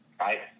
Right